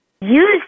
Use